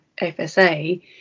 FSA